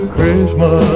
Christmas